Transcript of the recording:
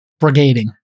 brigading